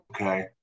okay